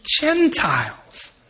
Gentiles